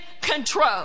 control